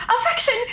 Affection